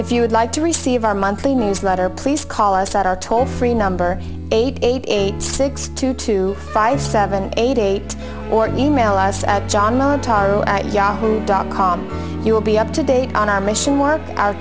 would like to receive our monthly newsletter please call us at our toll free number eight eight eight six two two five seven eight eight or e mail us at john matarazzo at yahoo dot com you will be up to date on our mission one hour